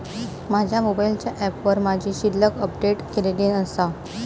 माझ्या मोबाईलच्या ऍपवर माझी शिल्लक अपडेट केलेली नसा